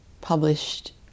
published